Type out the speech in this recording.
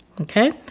Okay